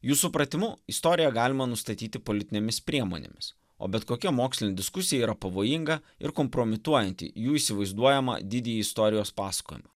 jų supratimu istoriją galima nustatyti politinėmis priemonėmis o bet kokia mokslinė diskusija yra pavojinga ir kompromituojanti jų įsivaizduojamą didįjį istorijos pasakojimą